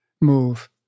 move